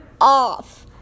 off